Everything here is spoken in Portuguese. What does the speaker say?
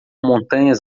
montanhas